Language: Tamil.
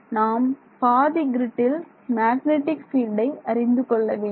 நாம் பாதி கிரிட்டில் மேக்னெட்டிக் ஃபீல்டை அறிந்து கொள்ள வேண்டும்